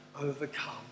overcome